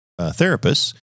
therapists